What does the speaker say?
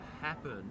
happen